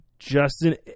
Justin